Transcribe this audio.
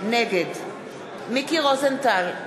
נגד מיקי רוזנטל,